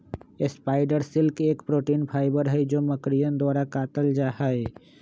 spider silk एक protein fibre हई जो मकड़ियन द्वारा कातल जाहई